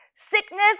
Sickness